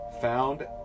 found